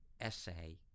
essay